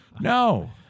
No